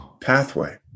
pathway